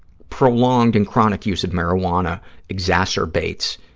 prolonged and chronic use of marijuana exacerbates